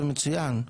זה מצוין.